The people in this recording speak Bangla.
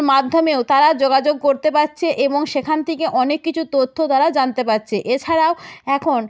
মাধ্যমেও তারা যোগাযোগ করতে পারছে এবং সেখান থেকে অনেক কিছু তথ্য তারা জানতে পারছে এছাড়াও এখন